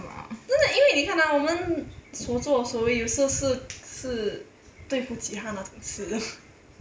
真的因为你看到 ah 我们所作所为有时候是是对不起她那种事